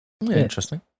Interesting